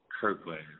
Kirkland